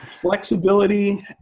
flexibility